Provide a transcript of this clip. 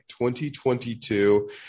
2022